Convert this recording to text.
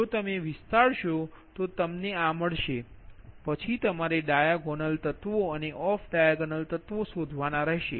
જો તમે વિસ્તારશો તો તમને આ મળશે પછી તમારે ડાયાગોનલ તત્વો અને ઓફ ડાયાગોનલ તત્વો શોધવાના રહેશે